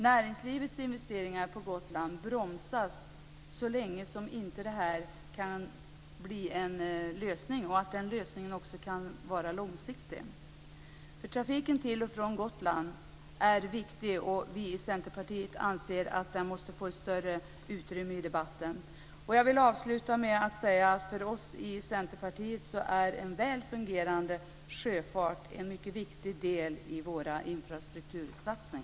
Näringslivets investeringar på Gotland bromsas så länge som det inte kan bli en långsiktig lösning. Trafiken till och från Gotland är viktig, och vi i Centerpartiet anser att den måste få ett större utrymme i debatten. Jag vill avsluta med att säga att för oss i Centerpartiet är en väl fungerande sjöfart en mycket viktig del i våra infrastruktursatsningar.